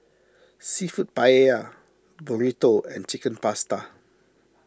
Seafood Paella Burrito and Chicken Pasta